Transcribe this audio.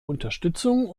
unterstützung